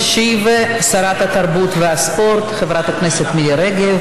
תשיב שרת התרבות והספורט חברת הכנסת מירי רגב.